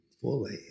fully